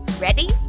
Ready